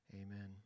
Amen